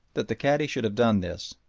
that the cadi should have done this,